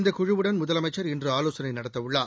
இந்தகுழுவுடன் முதலமைச்சர் இன்றுஆலோசனைநடத்தவுள்ளார்